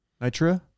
Nitro